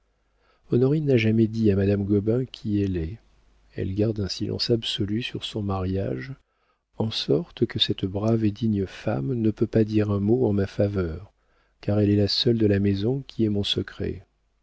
honorine n'a jamais dit à madame gobain qui elle est elle garde un silence absolu sur son mariage en sorte que cette brave et digne femme ne peut pas dire un mot en ma faveur car elle est la seule de la maison qui ait mon secret